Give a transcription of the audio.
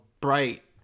bright